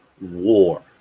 war